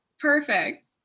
Perfect